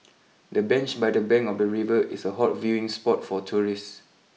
the bench by the bank of the river is a hot viewing spot for tourists